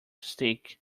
stick